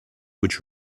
which